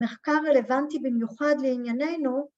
‫מחקר רלוונטי במיוחד לעניינינו.